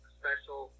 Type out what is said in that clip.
special